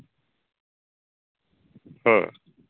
ᱦᱩᱸ